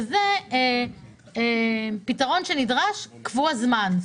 זה פתרון שנדרש קבוע זמן.